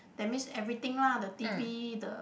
that means everything lah the t_v the